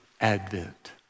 advent